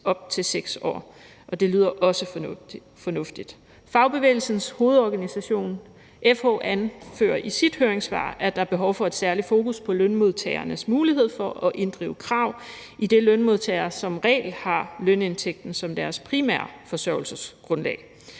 op til 6 år. Det lyder også fornuftigt. Fagbevægelsens hovedorganisation, FH, anfører i sit høringssvar, at der er behov for et særligt fokus på lønmodtagernes mulighed for at inddrive krav, idet lønmodtagere som regel har lønindtægten som deres primære forsørgelsesgrundlag.